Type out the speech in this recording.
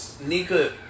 Nika